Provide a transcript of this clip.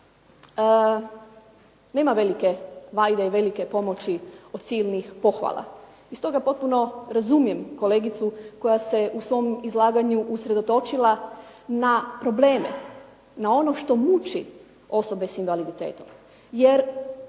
nema velike vajde i velike pomoći od silnih pohvala. I stoga potpuno razumijem kolegicu koja se u svom izlaganju usredotočila na probleme, na ono što muči osobe s invaliditetom